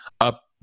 up